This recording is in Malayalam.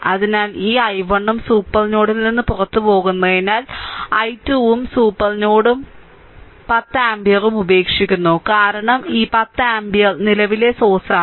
അതിനാൽ ഈ i1 ഉം സൂപ്പർ നോഡിൽ നിന്ന് പുറത്തുപോകുന്നതിനാൽ i2 ഉം സൂപ്പർ നോഡും 10 ആമ്പിയറും ഉപേക്ഷിക്കുന്നു കാരണം ഇത് 10 ആമ്പിയർ നിലവിലെ സോഴ്സാണ്